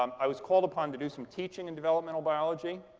um i was called upon to do some teaching in developmental biology.